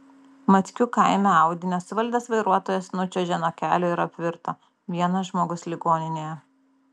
mackių kaime audi nesuvaldęs vairuotojas nučiuožė nuo kelio ir apvirto vienas žmogus ligoninėje